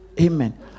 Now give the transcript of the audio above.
Amen